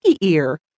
ear